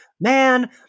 man